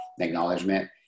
acknowledgement